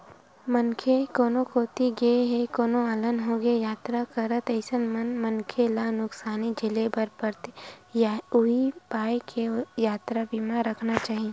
मनखे कोनो कोती गे हे कोनो अलहन होगे यातरा करत अइसन म मनखे ल नुकसानी झेले बर परथे उहीं पाय के यातरा बीमा रखना चाही